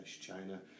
China